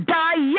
die